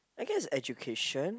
I guess education